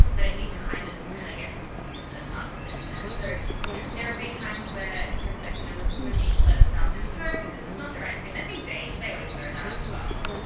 but i think kindness can kind of get confused and muddled in that. so you know there have been times where like you know we've we've need to let a staff member go because it's not the right fit. and i think they they always know that as well.